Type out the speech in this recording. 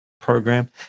Program